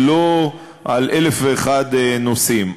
ולא על אלף ואחד נושאים.